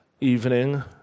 evening